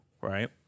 Right